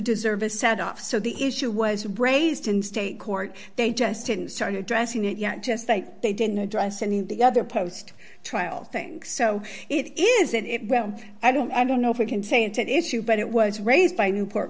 deserve a set up so the issue was braised in state court they just didn't start addressing it yet just like they didn't address any of the other post trial things so it is it well i don't i don't know if we can say it to issue but it was raised by newport